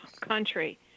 country